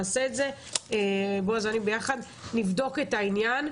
בועז ואני נבדוק את העניין.